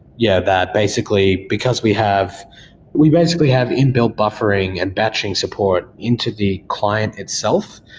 yeah, that basically because we have we basically have in-built buffering and batching support into the client itself,